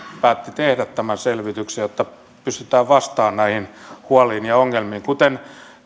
päätti tehdä tämän selvityksen jotta pystytään vastaamaan näihin huoliin ja ongelmiin kuten